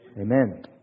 Amen